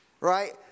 Right